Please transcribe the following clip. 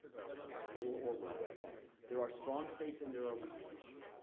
a little orwell right there. there are strong states and there are weak states.